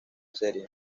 serie